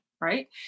right